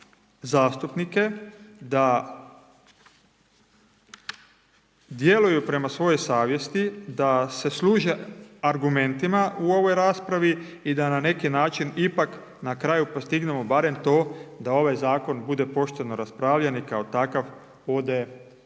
da djeluju prema svojoj savjesti, da se služe argumentima u ovoj raspravi i da na neki način, ipak na kraju postignemo barem to, da ovaj zakon bude pošteno raspravljen i kao takav ode